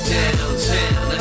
downtown